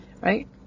Right